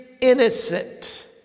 innocent